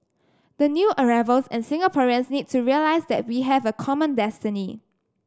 the new arrivals and Singaporeans need to realize that we have a common destiny